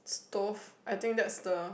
stove I think that's the